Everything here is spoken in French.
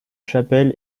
chapelle